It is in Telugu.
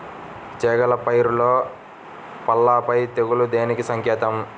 చేగల పైరులో పల్లాపై తెగులు దేనికి సంకేతం?